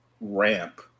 ramp